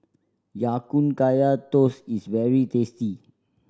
Ya Kun Kaya Toast is very tasty